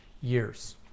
years